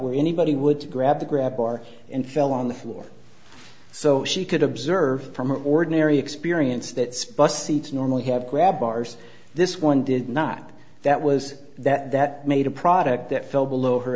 where anybody would grab the grab bar and fell on the floor so she could observe from ordinary experience that spot seats normally have grab bars this one did not that was that that made a product that fell below her